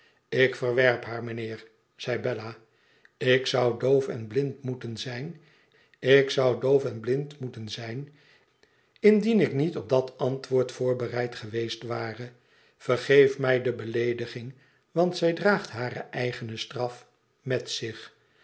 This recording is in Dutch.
ik verwerp haar mijnheer zei bella ik zou doof en blind moeten zijn indien ik niet op dat antwoord voorbereid geweest ware vergeef mij de beleediging want zij draagt hare eigene straf met zich